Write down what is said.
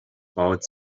about